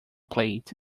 played